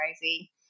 crazy